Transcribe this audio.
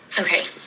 Okay